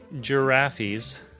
giraffes